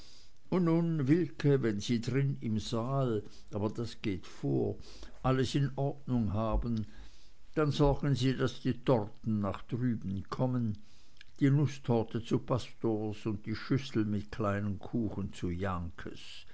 und nun wilke wenn sie drin im saal aber das geht vor alles in ordnung haben dann sorgen sie daß die torten nach drüben kommen die nußtorte zu pastors und die schüssel mit kleinen kuchen zu jahnkes